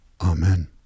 Amen